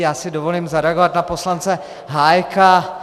Já si dovolím zareagovat na poslance Hájka.